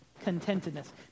contentedness